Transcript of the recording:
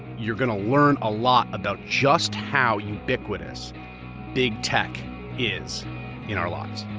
you're gonna learn a lot about just how ubiquitous big tech is in our lives.